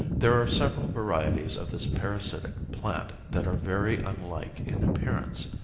there are several varieties of this parasitic plant that are very unlike in appearance.